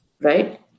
right